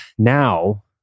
Now